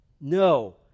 No